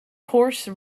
horse